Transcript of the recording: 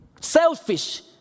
selfish